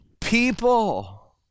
people